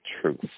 truth